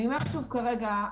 כרגע: